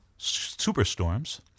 superstorms